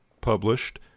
published